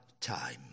time